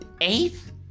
eighth